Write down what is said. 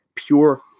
pure